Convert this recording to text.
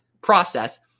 process